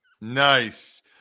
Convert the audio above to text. Nice